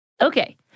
Okay